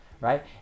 right